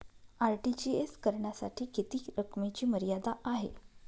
RTGS करण्यासाठी किती रकमेची मर्यादा आहे?